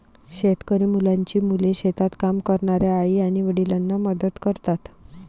शेतकरी मुलांची मुले शेतात काम करणाऱ्या आई आणि वडिलांना मदत करतात